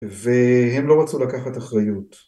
והם לא רצו לקחת אחריות.